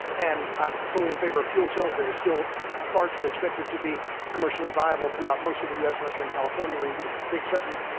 and i'm fully in favor of fuel cells, they are still far too expensive to be commercially viable throughout most of the u. s, unless you're in california, where you get but those big subsidies.